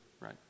right